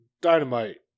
Dynamite